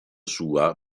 sua